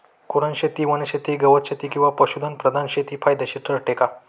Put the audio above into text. कुरणशेती, वनशेती, गवतशेती किंवा पशुधन प्रधान शेती फायदेशीर ठरते का?